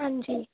ਹਾਂਜੀ